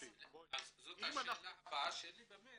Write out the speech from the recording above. זאת השאלה שלי באמת.